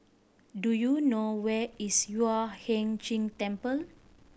do you know where is Yueh Hai Ching Temple